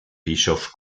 bischof